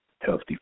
healthy